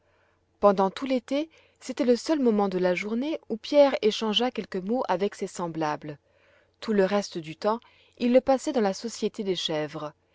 pendant tout l'été c'était le seul moment de la journée où pierre échangeât quelques mots avec ses semblables tout le reste du temps il le passait dans la société des chèvres